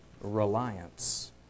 reliance